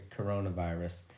coronavirus